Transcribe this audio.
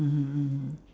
mmhmm mm